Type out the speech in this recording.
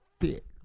fit